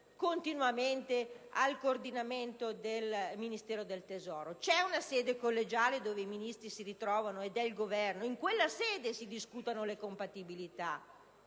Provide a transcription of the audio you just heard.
continuamente al coordinamento del Ministero del tesoro. Esiste una sede collegiale dove i Ministri si ritrovano ed è il Governo; in quella sede si discutono le compatibilità,